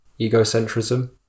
egocentrism